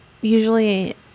usually